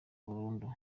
burundu